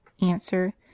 Answer